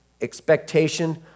expectation